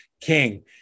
King